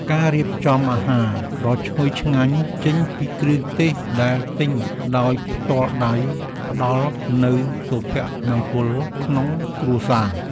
ការរៀបចំអាហារដ៏ឈ្ងុយឆ្ងាញ់ចេញពីគ្រឿងទេសដែលទិញដោយផ្ទាល់ដៃផ្ដល់នូវសុភមង្គលក្នុងគ្រួសារ។